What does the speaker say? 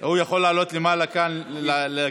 הוא יכול לעלות למעלה לכאן ולהגיד.